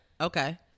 okay